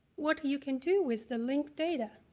what you can do with the linked data.